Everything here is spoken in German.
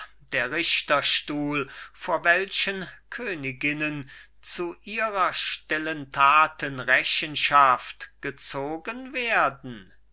der richterstuhl vor welchen königinnen zu ihrer stillen taten rechenschaft gezogen werden